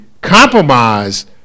compromise